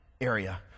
area